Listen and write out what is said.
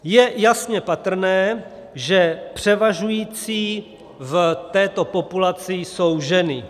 Je jasně patrné, že převažující v této populaci jsou ženy.